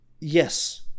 yes